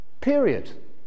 period